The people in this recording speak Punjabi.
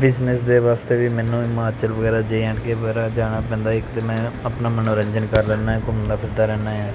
ਬਿਜਨਸ ਦੇ ਵਾਸਤੇ ਵੀ ਮੈਨੂੰ ਹਿਮਾਚਲ ਵਗੈਰਾ ਜੇ ਐਡ ਕੇ ਵਗੈਰਾ ਜਾਣਾ ਪੈਂਦਾ ਇੱਕ ਤਾਂ ਮੈਂ ਆਪਣਾ ਮਨੋਰੰਜਨ ਕਰ ਲੈਂਦਾ ਘੁੰਮਦਾ ਫਿਰਦਾ ਰਹਿੰਦਾ ਆ